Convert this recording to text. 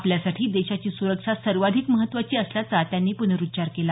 आपल्यासाठी देशाची सुरक्षा सर्वाधिक महत्त्वाची असल्याचा त्यांनी पुरुच्चार केला